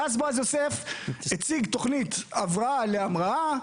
ואז בועז יוסף הציג תוכנית הבראה להמראה.